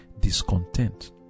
discontent